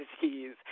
disease